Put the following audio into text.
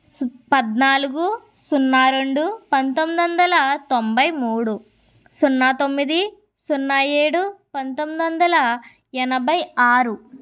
సు పద్నాలుగు సున్నా రెండు పంతొమ్మిది తొంభై మూడు సున్నా తొమ్మిది సున్నా ఏడు పంతొమ్మిది వందల ఎనభై ఆరు